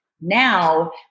Now